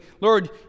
Lord